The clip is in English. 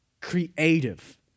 creative